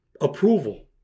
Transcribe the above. approval